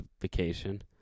vacation